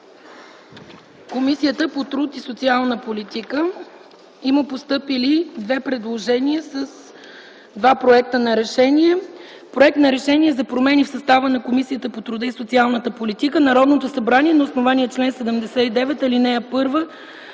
Комисия по труд и социална политика – има постъпили две предложения с два проекта за решение. „РЕШЕНИЕ за промени в състава на Комисията по труда и социална политика: Народното събрание на основание чл. 79, ал. 1